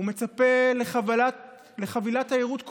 הוא מצפה לחבילת תיירות כוללת.